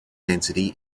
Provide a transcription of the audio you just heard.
density